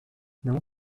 não